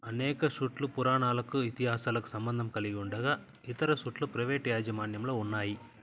అనేక షూట్లు పురాణాలకు ఇతిహాసాలకు సంబంధం కలిగి ఉండగా ఇతర షూట్లు ప్రైవేట్ యాజమాన్యంలో ఉన్నాయి